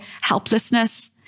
helplessness